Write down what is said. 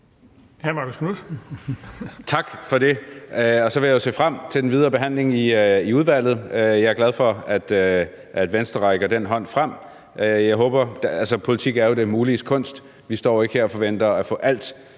Tak for det. Så vil jeg se frem til den videre behandling i udvalget. Jeg er glad for, at Venstre rækker den hånd frem. Politik er jo det muliges kunst, og vi står ikke her og forventer at få 100